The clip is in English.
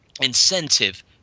incentive